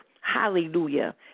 hallelujah